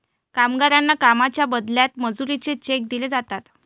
कामगारांना कामाच्या बदल्यात मजुरीचे चेक दिले जातात